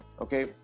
Okay